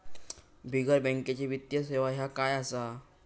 बिगर बँकेची वित्तीय सेवा ह्या काय असा?